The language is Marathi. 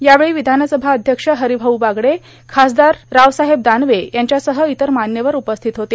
यावेळी र्विधानसभा अध्यक्ष र्हारभाऊ बागडे खासदार रावसाहेब दानवे यांच्यासह इतर मान्यवर उपस्थित होते